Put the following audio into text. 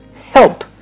help